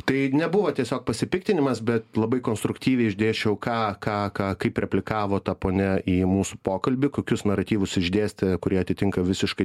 tai nebuvo tiesiog pasipiktinimas bet labai konstruktyviai išdėsčiau ką ką ką replikavo ta ponia į mūsų pokalbį kokius naratyvus išdėstė kurie atitinka visiškai